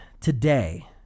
today